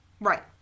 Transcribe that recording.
right